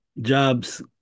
jobs